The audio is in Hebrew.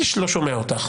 איש לא שומע אותך.